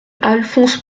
alphonse